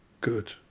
good